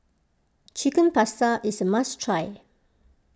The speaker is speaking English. Chicken Pasta is a must try